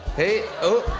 hey. oh.